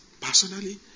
personally